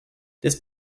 this